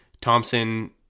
Thompson